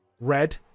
red